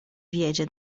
wiedzie